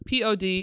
pod